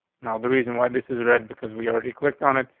now, the reason why this is red because we already clicked on it.